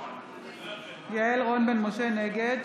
נגד